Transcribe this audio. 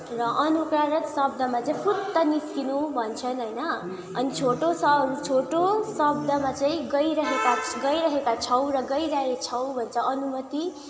र अनुकारक शब्दमा चाहिँ फुत्त निस्किनु भन्छन् होइन अनि छोटो शहरू छोटो शब्दमा चाहिँ गइरहेका गइरहेका छौँ र गइरहे छौँ भन्छ अनुमति